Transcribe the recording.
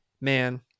man